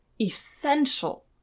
essential